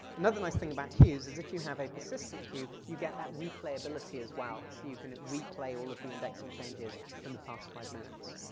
another nice thing about queues is if you have a persistent queue, you get that replayability as well so you can replay all of the indexing changes from the past five minutes.